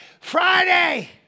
Friday